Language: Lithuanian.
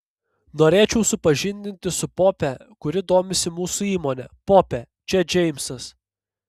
norėčiau supažindinti su pope kuri domisi mūsų įmone pope čia džeimsas